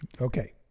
Okay